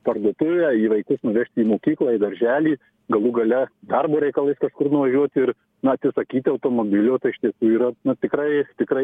parduotuvę į vaikus nuvežti į mokyklą į darželį galų gale darbo reikalais kur nuvažiuoti ir na atsisakyti automobilio tai iš tiesų yra tikrai tikrai